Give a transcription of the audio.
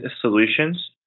solutions